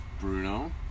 Bruno